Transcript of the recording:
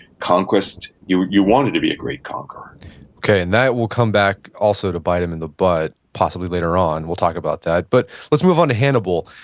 conquest, you you wanted to be a great conqueror okay, and that will come back also to bite him in the butt, possibly, later on. we'll talk about that. but let's move on to hannibal.